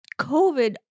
COVID